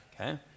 Okay